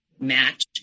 match